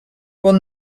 will